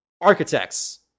Architects